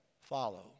follow